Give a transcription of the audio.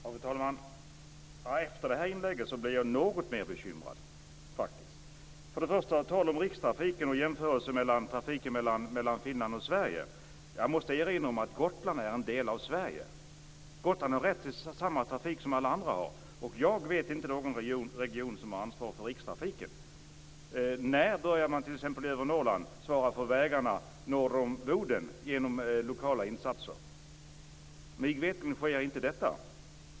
Fru talman! Efter detta inlägg blir jag något mer bekymrad. Först och främst var det tal om rikstrafiken och en jämförelse med trafiken mellan Finland och Sverige. Jag måste erinra om att Gotland är en del av Sverige. Gotland har rätt till samma omfattning på trafiken som alla andra regioner har. Jag vet inte någon region som har ansvar för rikstrafiken. När börjar man t.ex. i Norrland att med hjälp av lokala insatser svara för vägarna norr om Boden? Mig veterligt sker inte det.